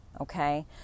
okay